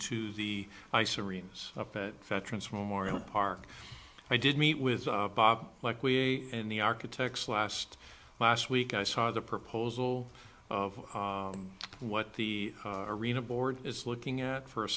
to the ice arenas up at veterans memorial park i did meet with bob like we in the architects last last week i saw the proposal of what the arena board is looking at for a